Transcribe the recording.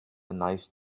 nice